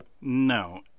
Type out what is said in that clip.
No